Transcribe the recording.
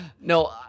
no